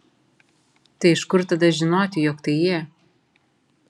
tai iš kur tada žinote jog tai jie